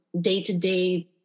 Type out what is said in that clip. day-to-day